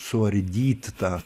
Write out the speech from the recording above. suardyti tą